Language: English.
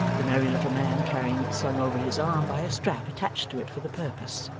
the merry little man carrying it slung over his arm by a strap attached to it for the purpose,